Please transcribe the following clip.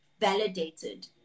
validated